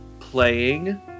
playing